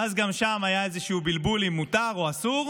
ואז, גם שם היה איזשהו בלבול, אם מותר או אסור,